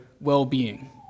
well-being